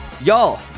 Y'all